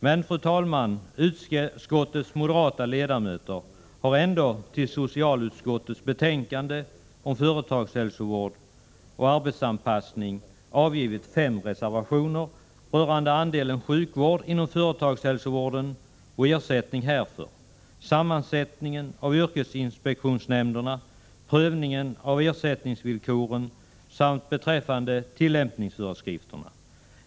Men, fru talman, utskottets moderata ledamöter har ändå till socialutskottets betänkande om företagshälsovård och arbetsanpassning avgivit fem reservationer rörande andelen sjukvård inom företagshälsovården och ersättning härför, sammansättningen av yrkesinspektionsnämnderna, prövningen av ersättningsvillkoren samt beträffande tillämpningsföreskrifterna.